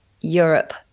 europe